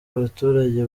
abaturage